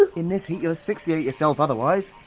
in this heat you'll asphyxiate yourself otherwise.